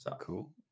Cool